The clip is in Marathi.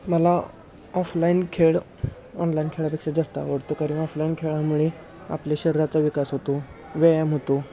मला ऑफलाईन खेळ ऑनलाईन खेळापेक्षा जास्त आवडतो कारण ऑफलाईन खेळामुळे आपले शरीराचा विकास होतो व्यायाम होतो